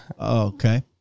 Okay